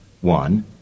one